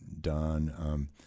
done